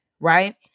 Right